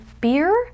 Beer